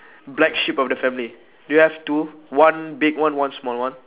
black sheep of the family do you have two one big one one small one